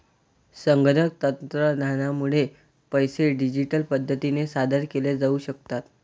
संगणक तंत्रज्ञानामुळे पैसे डिजिटल पद्धतीने सादर केले जाऊ शकतात